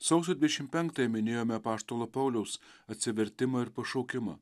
sausio dvidešim penktąją minėjome apaštalo pauliaus atsivertimą ir pašaukimą